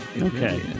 Okay